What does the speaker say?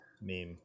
meme